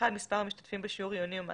מספר המשתתפים בשיעור עיוני או מעשי,